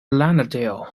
lauderdale